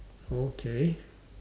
okay